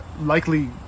likely